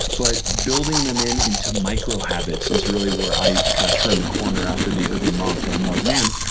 but building them in into micro-habits is really where i kind of turn the corner after the urban monk and i'm like, man,